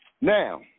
Now